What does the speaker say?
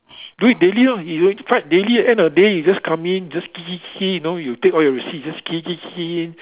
do it daily lor daily at the end of the day you just come in just key key key you know you take all your receipts just key key key in